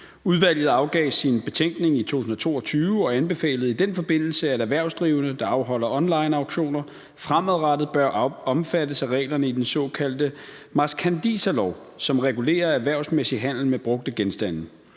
Udvalget afgav sin betænkning i 2022 og anbefalede i den forbindelse, at erhvervsdrivende, der afholder onlineauktioner, fremadrettet bør omfattes af reglerne i den såkaldte marskandiserlov, som regulerer erhvervsmæssig handel med brugte genstande.